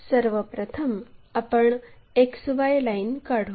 सर्व प्रथम आपण XY लाईन काढू